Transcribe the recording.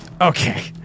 Okay